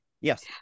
Yes